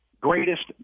greatest